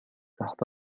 تحت